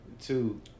two